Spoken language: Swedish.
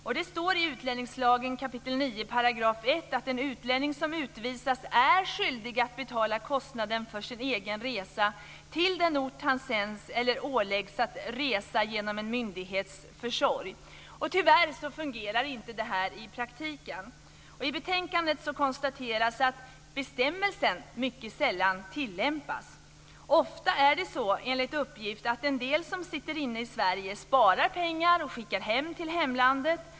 I kap. 9 § 1 utlänningslagen står det att en utlänning som utvisas är "skyldig att betala kostnaden för sin egen resa till den ort dit han sänds eller åläggs att resa genom en myndighets försorg". Tyvärr fungerar inte detta i praktiken. I betänkandet konstateras det att bestämmelsen mycket sällan tillämpas. Ofta är det så, enligt uppgift, att en del som sitter inne i Sverige sparar pengar och skickar hem till hemlandet.